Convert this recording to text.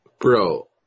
Bro